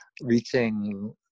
reaching